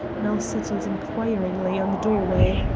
now settled inquiringly on the doorway.